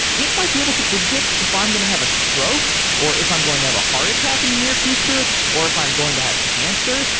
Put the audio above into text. it might be able to predict if i'm going to have a stroke, or if i'm going to have a heart attack in the near future, or if i'm going to have cancer.